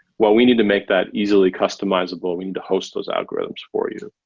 well, we need to make that easily customizable. we need to host those algorithms for you.